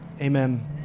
Amen